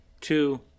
two